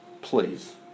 please